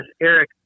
eric